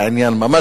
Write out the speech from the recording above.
ממש לעניין.